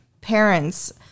parents